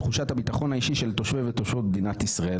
תחושת הביטחון האישי של תושבי ותושבות מדינת ישראל.